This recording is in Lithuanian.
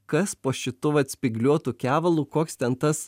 kas po šitu vat spygliuotu kevalu koks ten tas